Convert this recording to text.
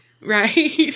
Right